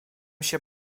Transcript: się